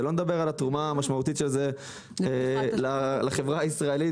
שלא לדבר על התרומה המשמעותית של זה לחברה הישראלית